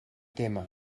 témer